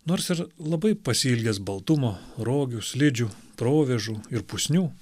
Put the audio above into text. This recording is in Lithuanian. nors ir labai pasiilgęs baltumo rogių slidžių provėžų ir pusnių